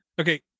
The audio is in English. okay